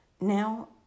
Now